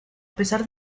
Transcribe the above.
pesar